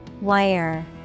Wire